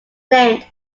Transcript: named